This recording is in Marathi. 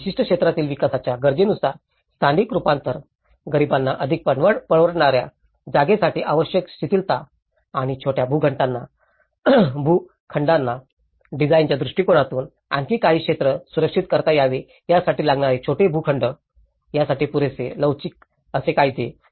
तर विशिष्ट क्षेत्रातील विकासाच्या गरजेनुसार स्थानिक रूपांतरण गरीबांना अधिक परवडणाऱ्या जागेसाठी आवश्यक शिथिलता आणि छोट्या भूखंडांना डिझाइनच्या दृष्टिकोनातून आणखी काही क्षेत्र सुरक्षित करता यावे यासाठी लागणारे छोटे भूखंड यासाठी पुरेसे लवचिक असे कायदे